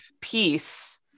piece